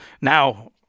now